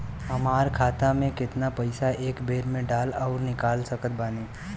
हमार खाता मे केतना पईसा एक बेर मे डाल आऊर निकाल सकत बानी?